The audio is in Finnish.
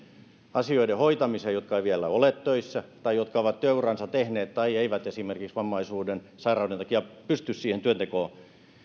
asioiden hoitamiseen jotka eivät vielä ole töissä tai jotka ovat työuransa tehneet tai eivät esimerkiksi vammaisuuden tai sairauden takia pysty siihen työntekoon